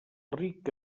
ric